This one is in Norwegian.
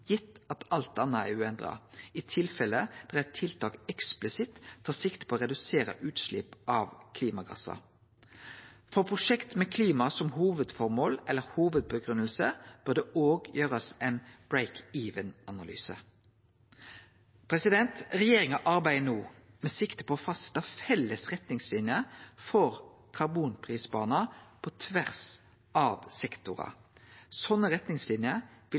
gitt at alt anna er uendra, i tilfelle der eit tiltak eksplisitt tar sikte på å redusere utslepp av klimagassar. For prosjekt med klima som hovudføremål eller hovudgrunngiving bør det òg gjerast ein «break-even»-analyse. Regjeringa arbeider no med sikte på å fastsetje felles retningslinjer for karbonprisbanar på tvers av sektorar. Sånne retningslinjer vil